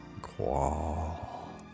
Qual